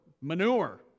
manure